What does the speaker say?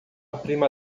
prima